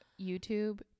YouTube